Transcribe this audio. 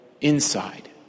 inside